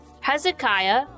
Hezekiah